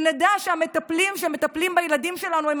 שנדע שהמטפלים שמטפלים בילדים שלנו הם